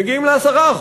מגיעים ל-10%,